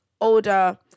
older